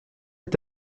est